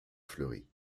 fleuri